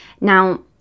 Now